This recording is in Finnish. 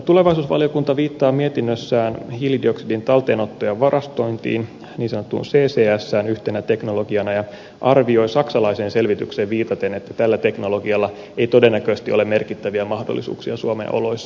tulevaisuusvaliokunta viittaa mietinnössään hiilidioksidin talteenottoon ja varastointiin niin sanottuun ccsään yhtenä teknologiana ja arvioi saksalaiseen selvitykseen viitaten että tällä teknologialla ei todennäköisesti ole merkittäviä mahdollisuuksia suomen oloissa